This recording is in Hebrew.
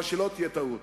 אבל שלא תהיה טעות: